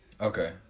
Okay